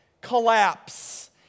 collapse